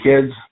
kids